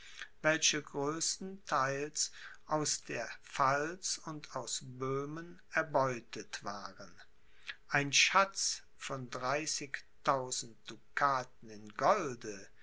welche größtenteils aus der pfalz und aus böhmen erbeutet waren ein schatz von dreißigtausend dukaten in golde